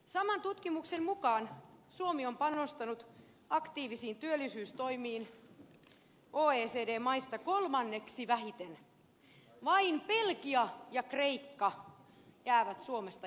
saman tutkimuksen mukaan suomi on panostanut aktiivisiin työllisyystoimiin oecd maista kolmanneksi vähiten vain belgia ja kreikka jäävät suomesta jälkeen